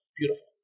beautiful